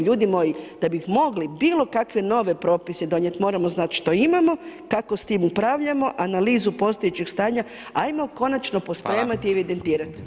Ljudi moji da bi mogli bilo kakve nove propise donijet, moramo znati što imamo, kako s tim upravljamo, analizu postojećeg stanja, ajmo konačno pospremati i evidentirati.